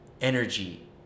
energy